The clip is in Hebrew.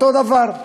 אותו דבר.